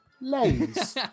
lays